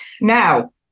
Now